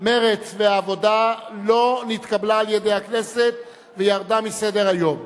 מרצ והעבודה לא נתקבלה על-ידי הכנסת וירדה מסדר-היום.